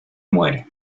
muere